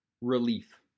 relief